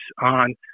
on